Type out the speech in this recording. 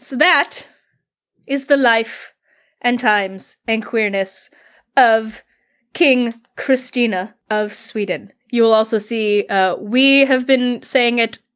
that is the life and times and queerness of king kristina of sweden. you will also see ah we have been saying it,